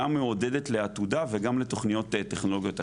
מעודדת לעתודה וגם לתכניות טכנולוגיות אחרות.